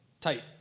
tight